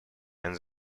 and